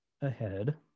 ahead